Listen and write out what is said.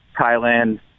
Thailand